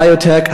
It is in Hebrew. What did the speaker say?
הביו-טק,